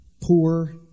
poor